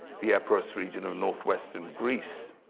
the epiros region of northwestern greece.